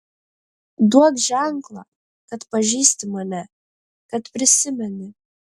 duok ženklą kad pažįsti mane kad prisimeni